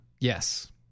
Yes